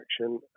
action